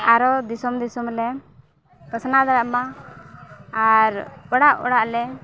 ᱟᱨᱚ ᱫᱤᱥᱚᱢ ᱫᱤᱥᱚᱢ ᱞᱮ ᱯᱟᱥᱱᱟᱣ ᱫᱟᱲᱮᱭᱟᱜ ᱢᱟ ᱟᱨ ᱚᱲᱟᱜ ᱚᱲᱟᱜ ᱞᱮ